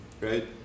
right